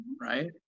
right